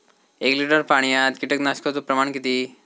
एक लिटर पाणयात कीटकनाशकाचो प्रमाण किती?